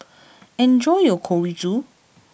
enjoy your Chorizo